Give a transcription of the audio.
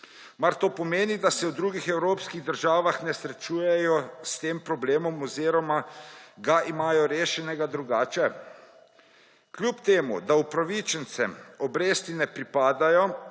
Mar to pomeni, da se v drugih evropskih državah ne srečujejo s tem problemom oziroma ga imajo rešenega drugače? Kljub temu da upravičencem obresti ne pripadajo,